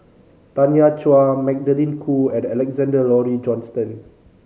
Tanya Chua Magdalene Khoo and Alexander Laurie Johnston